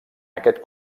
aquest